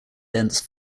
dense